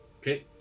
okay